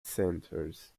centres